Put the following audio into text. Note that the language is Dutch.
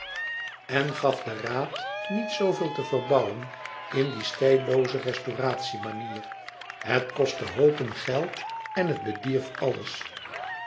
en gaf den raad niet zooveel te verbouwen in dien stijl loozen restauratie manier het kostte hoopen met geld en het bedierf alles